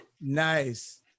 nice